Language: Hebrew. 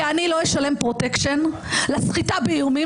כי אני לא אשלם פרוטקשן לסחיטה באיומים